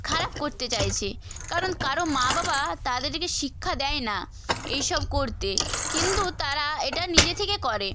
খারাপ করতে চাইছে কারণ কারও মা বাবা তাদেরকে শিক্ষা দেয় না এই সব করতে কিন্তু তারা এটা নিজে থেকে করে